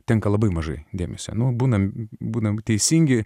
tenka labai mažai dėmesio nuo būname būname teisingi